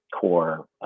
core